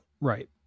Right